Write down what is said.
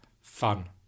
fun